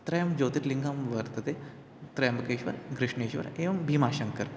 त्रीणि ज्योतिर्लिङ्गानि वर्तन्ते त्रयम्बकेश्वर् गृष्णेश्वर् एवं भीमाशङ्कर्